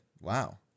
Wow